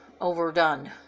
overdone